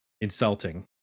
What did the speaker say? insulting